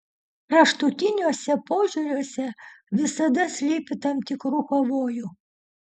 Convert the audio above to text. kraštutiniuose požiūriuose visada slypi tam tikrų pavojų